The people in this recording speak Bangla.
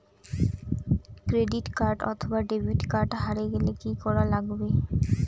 ক্রেডিট কার্ড অথবা ডেবিট কার্ড হারে গেলে কি করা লাগবে?